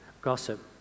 gossip